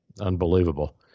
Unbelievable